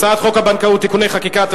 הצעת חוק הבנקאות (תיקוני חקיקה),